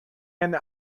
and